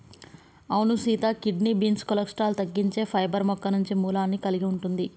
అవును సీత kidney beans cholesterol తగ్గించే పైబర్ మొక్క మంచి మూలాన్ని కలిగి ఉంటుంది